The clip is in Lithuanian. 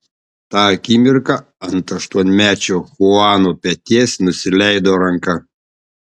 tą akimirką ant aštuonmečio chuano peties nusileido ranka